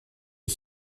est